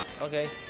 Okay